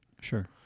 Sure